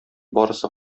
барысы